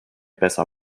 besser